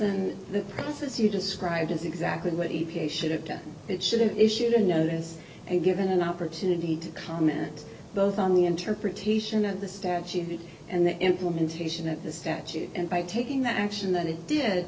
than the process you described is exactly what you pay should have done it shouldn't issued a notice and given an opportunity to comment both on the interpretation of the statute and the implementation of the statute and by taking that action that it did